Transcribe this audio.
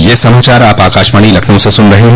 ब्रे क यह समाचार आप आकाशवाणी लखनऊ से सुन रहे हैं